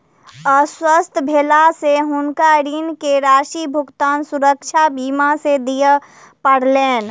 अस्वस्थ भेला से हुनका ऋण के राशि भुगतान सुरक्षा बीमा से दिय पड़लैन